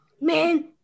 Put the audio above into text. Man